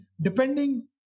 depending